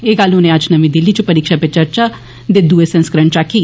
एह गल्ल उनें अज्ज नमीं दिल्ली च परीक्षा पे चर्चा दे दुए संस्करण च आक्खी